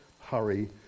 Hurry